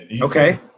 Okay